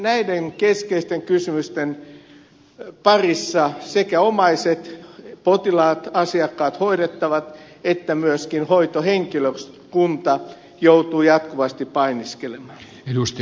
näiden keskeisten kysymysten parissa sekä omaiset potilaat asiakkaat hoidettavat että myöskin hoitohenkilökunta joutuvat jatkuvasti painiskelemaan